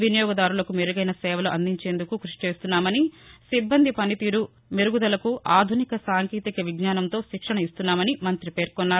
వినియోగదారులకు మెరుగైన సేవలు అందించేందుకు కృషి చేస్తున్నామనిసిబ్బంది పనితీరు మెరుగుదలకు ఆధునిక సాంకేతిక విజ్ఞానంతో శిక్షణ ఇస్తున్నామని మంగ్రి పేర్కొన్నారు